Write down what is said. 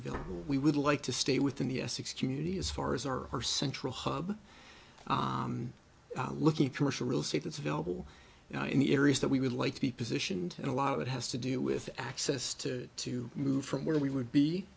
available we would like to stay within the essex community as far as our or central hub looking commercial real estate that's available in the areas that we would like to be positioned and a lot of that has to do with access to to move from where we would be